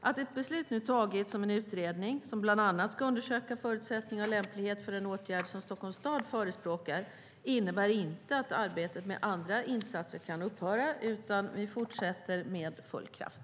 Att ett beslut nu har tagits om en utredning som bland annat ska undersöka förutsättningarna och lämpligheten för den åtgärd Stockholms stad förespråkar innebär inte att arbetet med andra insatser kan upphöra, utan vi fortsätter med full kraft.